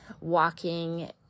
walking